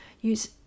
use